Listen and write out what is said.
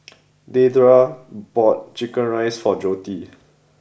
Deidre bought chicken rice for Jordi